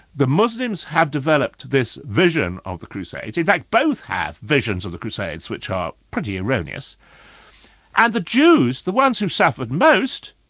the muslims have developed this vision of the crusades, in fact both have visions of the crusades which are pretty erroneous and the jews, the ones who suffered most,